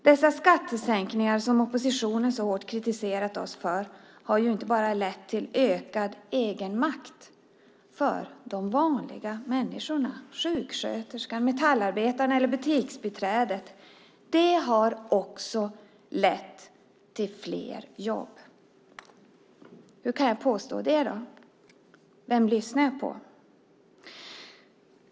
Dessa skattesänkningar som oppositionen så hårt kritiserat oss för har ju inte bara lett till ökad egenmakt för de vanliga människorna - sjuksköterskan, metallarbetaren eller butiksbiträdet - utan de har också lett till fler jobb. Hur kan jag påstå det då? Vem lyssnar jag på?